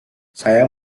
saya